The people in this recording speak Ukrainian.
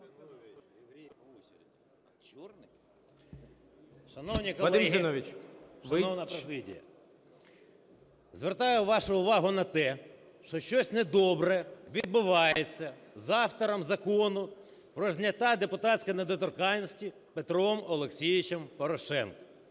Шановні колеги, шановна президія, звертаю вашу увагу на те, що щось недобре відбувається з автором Закону про зняття депутатської недоторканності Петром Олексійовичем Порошенком,